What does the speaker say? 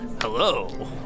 Hello